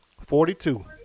Forty-two